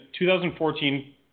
2014